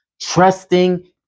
trusting